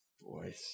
Boys